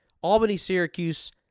Albany-Syracuse